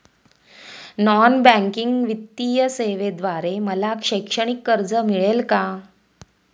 Non banking वित्तीय सेवेद्वारे मला शैक्षणिक कर्ज मिळेल का?